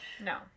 no